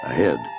Ahead